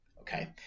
Okay